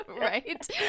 right